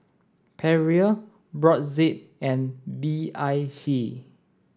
Perrier Brotzeit and B I C